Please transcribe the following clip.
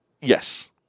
Yes